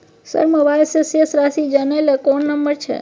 Sir mobile से शेस राशि जानय ल कोन नंबर छै?